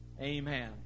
amen